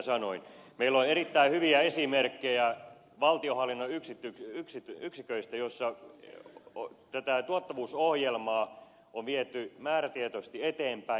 meillä on erittäin hyviä esimerkkejä valtiovallan ja sitten yksi tytöistä valtionhallinnon yksiköistä joissa tuottavuusohjelmaa on viety määrätietoisesti eteenpäin